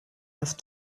have